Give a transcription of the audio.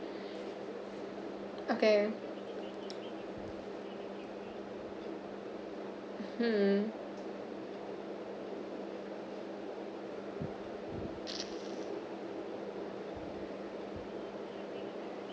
okay mmhmm